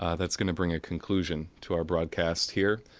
um that's going to bring a conclusion to our broadcast here.